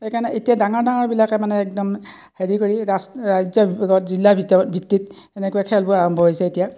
সেইকাৰণে এতিয়া ডাঙৰ ডাঙৰবিলাকে মানে একদম হেৰি কৰি ৰাচ ৰাজ্যৰ জিলাৰ ভিতৰত ভিত্তিত এনেকুৱা খেলবোৰ আৰম্ভ হৈছে এতিয়া